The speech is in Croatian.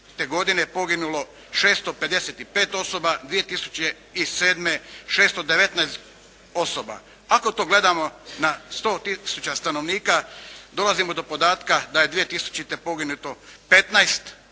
godine poginulo 655 osoba, 2007. 619 osoba. Ako to gledamo na 100 tisuća stanovnika, dolazimo do podatka da je 2000. poginulo 15,